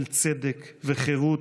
של צדק וחירות,